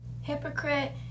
hypocrite